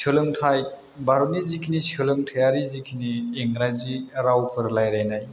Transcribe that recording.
सोलोंथाइ भारतनि जिखिनि सोलोंथाइयारि जिखिनि इंराजि रावफोर रायलायनाय